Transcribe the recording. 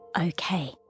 Okay